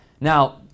Now